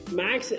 max